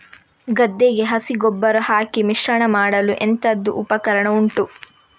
ಗದ್ದೆಗೆ ಹಸಿ ಗೊಬ್ಬರ ಹಾಕಿ ಮಿಶ್ರಣ ಮಾಡಲು ಎಂತದು ಉಪಕರಣ ಉಂಟು?